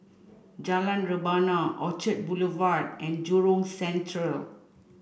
Jalan Rebana Orchard Boulevard and Jurong Central